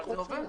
אבל זה עובד.